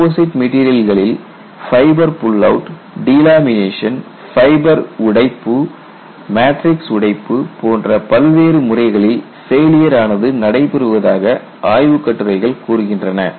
composite மெட்டீரியலில் fibre pull out delamination fibre உடைப்பு matrix உடைப்பு போன்ற பல்வேறு முறைகளில் ஃபெயிலியர் ஆனது நடைபெறுவதாக ஆய்வு கட்டுரைகள் கூறுகின்றன